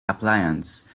appliance